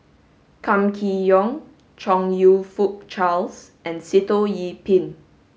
Kam Kee Yong Chong You Fook Charles and Sitoh Yih Pin